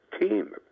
team